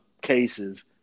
cases